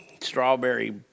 strawberry